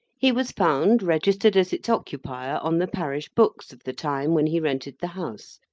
he was found registered as its occupier, on the parish books of the time when he rented the house,